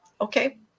Okay